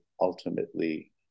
ultimately